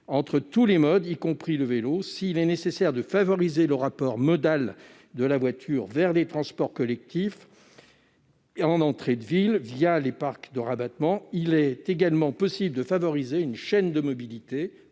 l'intermodalité, en incluant le vélo. S'il est nécessaire de promouvoir le rapport modal de la voiture vers les transports collectifs en entrée de ville les parcs de rabattement, il est également possible de favoriser une chaîne de mobilité